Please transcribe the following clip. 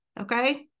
Okay